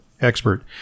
expert